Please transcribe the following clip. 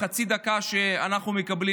בחצי הדקה שאנחנו מקבלים,